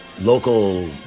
local